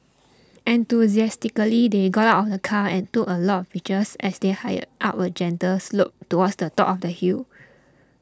enthusiastically they got out of the car and took a lot of pictures as they hiked up a gentle slope towards the top of the hill